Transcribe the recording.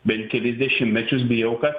bent kelis dešimmečius bijau kad